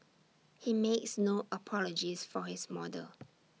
he makes no apologies for his model